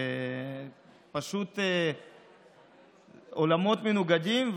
שפשוט עולמות מנוגדים,